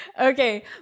Okay